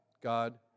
God